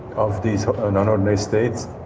of these ah non-ordinary states,